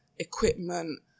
Equipment